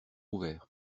ouvert